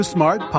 Smart